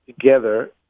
together